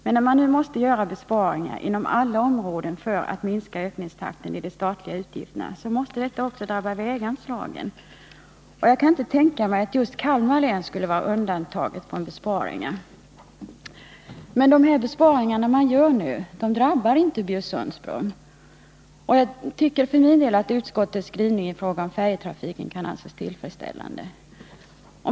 Men när man nu måste göra besparingar inom alla områden för att minska ökningstakten i de statliga utgifterna så måste det också drabba väganslagen. Jag kan inte tänka mig att just Kalmar län skulle vara undantaget från besparingar. 145 Men de besparingar man gör nu drabbar inte Bjursundsbron. Jag tycker för min del att utskottets skrivning i fråga om färjetrafiken kan anses tillfredsställande.